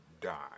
die